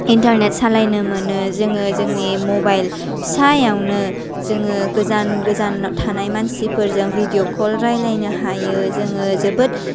internet सालायनो मोनो जोङो जोंनि मबाइल फिसायावनो जोङो गोजान गोजान थानाय मानसिफोरजों भिडिअ कल रायलायनो हायो जोङो जोबोद